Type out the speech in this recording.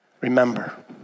Remember